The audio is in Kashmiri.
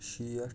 شیٹھ